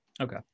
okay